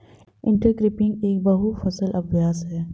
intercropping एक बहु फसल अभ्यास है